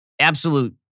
absolute